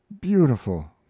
beautiful